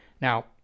Now